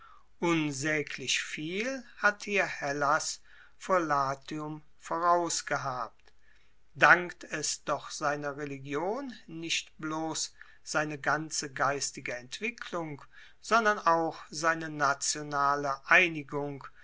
unsaeglich viel hat hier hellas vor latium voraus gehabt dankt es doch seiner religion nicht bloss seine ganze geistige entwicklung sondern auch seine nationale einigung